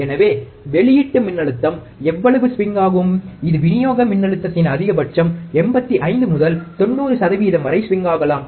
எனவே வெளியீட்டு மின்னழுத்தம் எவ்வளவு ஸ்விங்காகும் இது விநியோக மின்னழுத்தத்தின் அதிகபட்சம் 85 முதல் 90 சதவீதம் வரை ஸ்விங்காகலாம்